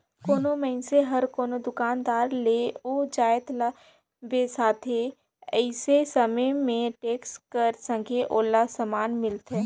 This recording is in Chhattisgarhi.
कोनो मइनसे हर कोनो दुकानदार ले ओ जाएत ल बेसाथे अइसे समे में टेक्स कर संघे ओला समान मिलथे